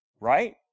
right